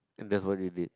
and that's what you did